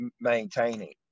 maintaining